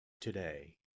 today